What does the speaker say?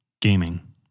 Gaming